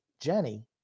Jenny